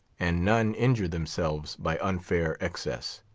and none injure themselves by unfair excess.